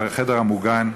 לחדר המוגן,